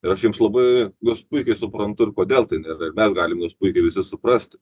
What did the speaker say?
ir aš jiems labai gus puikiai suprantu ir kodėl tai nėra ir mes galim jus puikiai visi suprasti